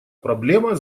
проблема